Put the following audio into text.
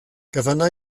gofynna